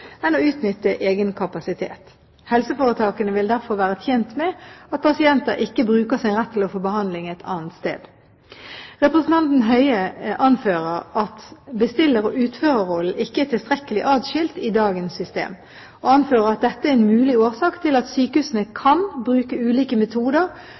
enn å utnytte egen kapasitet. Helseforetakene vil derfor være tjent med at pasienter ikke bruker sin rett til å få behandling et annet sted. Representanten Høie anfører at bestiller- og utførerrollen ikke er tilstrekkelig atskilt i dagens system, og anfører at dette er en mulig årsak til at sykehusene